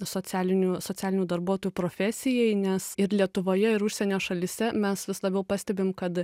socialinių socialinių darbuotojų profesijai nes ir lietuvoje ir užsienio šalyse mes vis labiau pastebim kad